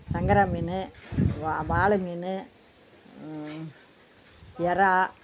சங்கரா மீன் வாலை மீன் எறால்